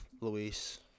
Luis